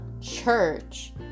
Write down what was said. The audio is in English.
church